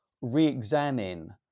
re-examine